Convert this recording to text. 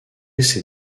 ces